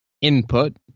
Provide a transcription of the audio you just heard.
input